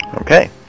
okay